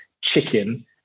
chicken